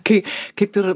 kai kaip ir